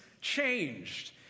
changed